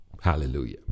Hallelujah